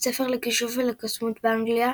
בית הספר לכישוף ולקוסמות באנגליה,